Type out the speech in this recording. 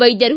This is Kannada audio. ವೈದ್ಯರು